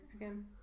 again